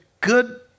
good